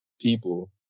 people